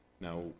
Now